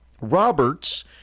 Roberts